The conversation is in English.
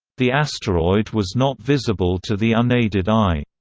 the asteroid was not visible to the unaided eye.